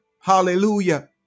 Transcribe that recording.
Hallelujah